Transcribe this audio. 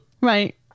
Right